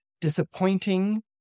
disappointing